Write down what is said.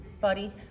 buddy